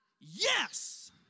Yes